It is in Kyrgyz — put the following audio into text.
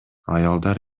аялдар